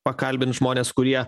pakalbint žmones kurie